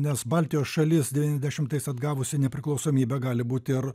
nes baltijos šalis devyniasdešimtais atgavusi nepriklausomybę gali būti ir